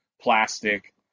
Plastic